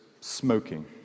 smoking